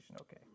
okay